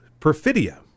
Perfidia